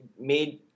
made